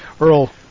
Earl